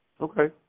Okay